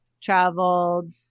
traveled